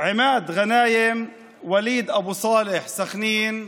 עימאד גנאים, וליד אבו סאלח מסח'נין,